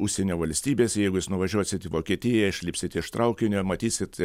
užsienio valstybėse jeigu jūs nuvažiuosit į vokietiją išlipsit iš traukinio matysit